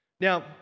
Now